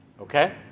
Okay